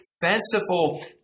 fanciful